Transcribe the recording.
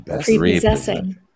Prepossessing